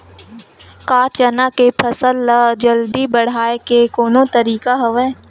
का चना के फसल ल जल्दी बढ़ाये के कोनो तरीका हवय?